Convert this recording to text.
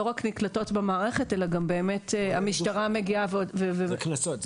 רק נקלטות במערכת אלא גם באמת המשטרה מגיעה --- זה קנסות.